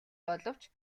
боловч